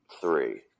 three